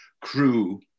Crew